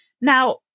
Now